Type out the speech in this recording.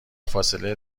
فاصله